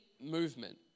movement